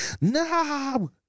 no